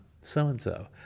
so-and-so